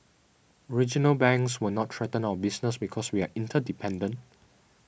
regional banks will not threaten our business because we are interdependent